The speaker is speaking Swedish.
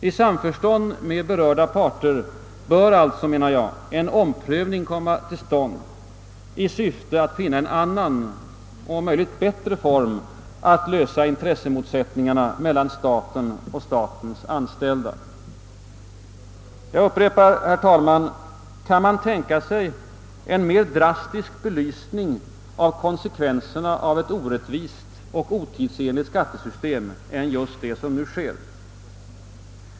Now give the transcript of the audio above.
I samförstånd med berörda parter bör alltså, menar jag, en omprövning komma till stånd i syfte att finna en annan och om möjligt bättre form för att lösa intressemotsättningarna mellan staten och dess anställda. Jag upprepar, herr talman: Kan man tänka sig en mer drastisk belysning av konsekvenserna av ett orättvist och otidsenligt skattesystem än det som just nu sker?